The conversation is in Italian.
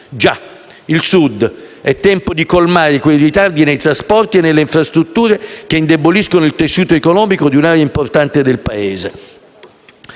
Già, il Sud: è tempo di colmare quei ritardi nei trasporti e nelle infrastrutture che indeboliscono il tessuto economico di un'area importante del Paese.